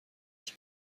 qui